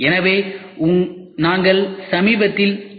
எனவே நாங்கள் சமீபத்தில் ஐ